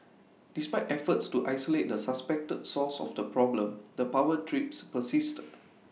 despite efforts to isolate the suspected source of the problem the power trips persisted